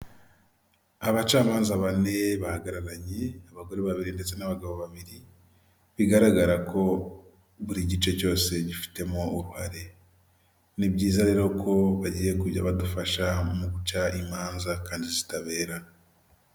Abacamanza bane bahagararanye abagore babiri ndetse n'abagabo babiri bigaragara ko buri gice cyose gifitemo uruhare, ni byiza rero ko bagiye kujya badufasha mu guca imanza kandi zitaberarana.